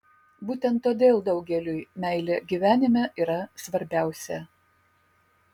būtent todėl daugeliui meilė gyvenime yra svarbiausia